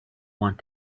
want